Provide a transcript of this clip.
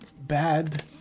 bad